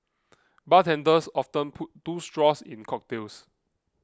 bartenders often put two straws in cocktails